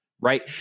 right